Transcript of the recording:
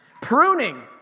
Pruning